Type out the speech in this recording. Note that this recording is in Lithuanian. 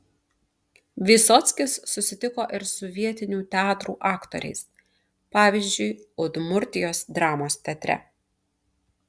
vysockis susitiko ir su vietinių teatrų aktoriais pavyzdžiui udmurtijos dramos teatre